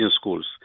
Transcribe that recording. schools